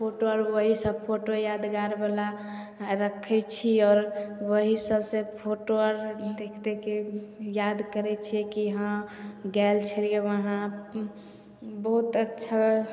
photo आर वही सब फोटो यादगार बला रक्खे छी आओर वही सब से फोटो आर देख देखके याद करै छियै की हँ गेल छलिए वहाँ बहुत अच्छा